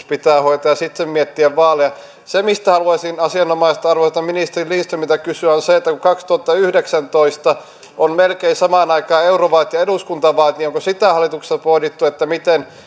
pitää hoitaa se uudistus ja sitten miettiä vaaleja se mistä haluaisin asianomaiselta arvoisalta ministeri lindströmiltä kysyä on se että kun vuonna kaksituhattayhdeksäntoista on melkein samaan aikaan eurovaalit ja eduskuntavaalit niin onko hallituksessa pohdittu miten